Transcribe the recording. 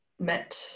met